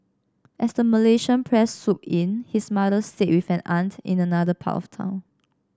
as the Malaysian press swooped in his mother stayed with an aunt in another part of town